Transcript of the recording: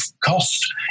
cost